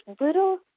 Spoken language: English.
little